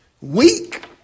weak